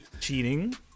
cheating